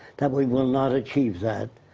that we will not achieve that.